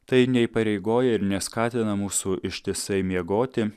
tai neįpareigoja ir neskatina mūsų ištisai miegoti